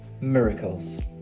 Miracles